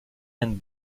and